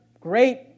great